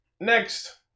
Next